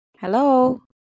Hello